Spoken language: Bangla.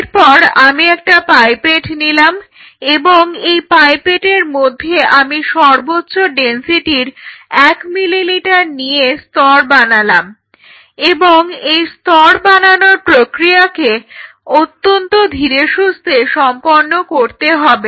এরপর আমি একটা পাইপেট নিলাম এবং এই পাইপেটের মধ্যে আমি সর্বোচ্চ ডেনসিটিটির 1ml নিয়ে স্তর বানালাম এবং এই স্তর বানানোর প্রক্রিয়াটিকে অত্যন্ত ধীরেসুস্থে সম্পন্ন করতে হবে